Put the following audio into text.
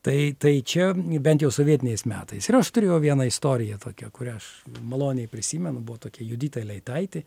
tai tai čia bent jau sovietiniais metais ir aš turėjau vieną istoriją tokią kurią aš maloniai prisimenu buvo tokia judita leitaitė